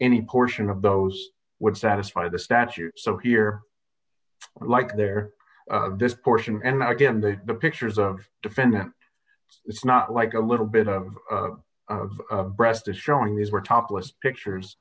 any portion of those would satisfy the statute so here like there this portion and again they the pictures of defendant it's not like a little bit of breast is showing these were topless pictures